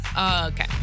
Okay